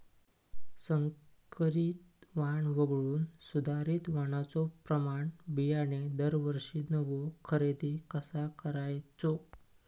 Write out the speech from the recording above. संकरित वाण वगळुक सुधारित वाणाचो प्रमाण बियाणे दरवर्षीक नवो खरेदी कसा करायचो?